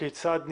כיצד נפעל,